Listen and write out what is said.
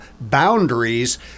boundaries